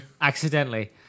Accidentally